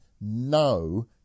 no